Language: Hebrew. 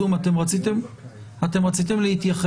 והצענו: "אם שוכנע כי די בהשתתפות